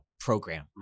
Program